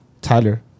Tyler